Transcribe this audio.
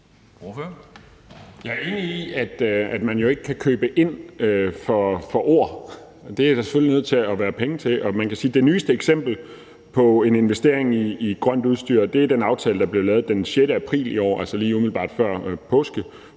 Jeg er enig i, at man jo ikke kan købe ind for ord. Det er der selvfølgelig nødt til at være penge til. Og man kan sige, at det nyeste eksempel på en investering i grønt udstyr, er den aftale, der blev lavet den 6. april i år, altså lige umiddelbart før påske,